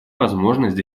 возможность